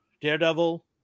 Daredevil